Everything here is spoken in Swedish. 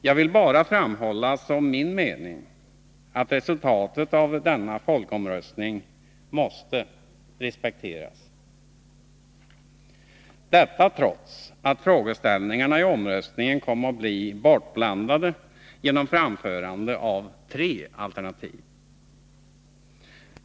Jag vill bara framhålla som min mening att resultatet av denna folkomröstning måste respekteras, trots att frågeställningarna i omröstningen kom att bli bortblandade genom framförande av tre alternativ.